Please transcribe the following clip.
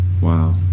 Wow